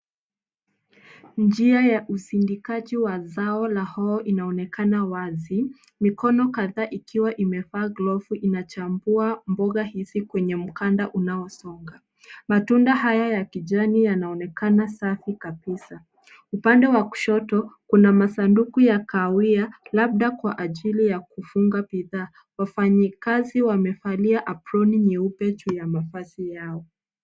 Njia ya usindikaji wa zao la hoho inaonekana wazi. Mikono kadhaa ikiwa imevaa glovu, inachambua mboga hizi kwenye mkanda unaosonga. Matunda haya ya kijani yanaonekana safi kabisa. Upande wa kushoto, kuna masanduku ya kahawia labda kwa ajili ya kufunga bidhaa. Wafanyakazi wamevalia aproni nyeupe juu ya mavazi yao.